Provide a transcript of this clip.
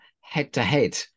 head-to-head